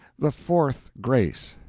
the fourth grace,